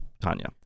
Tanya